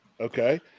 Okay